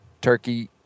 turkey